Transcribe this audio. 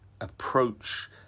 approach